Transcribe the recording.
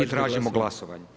I tražimo glasovanje.